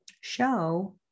show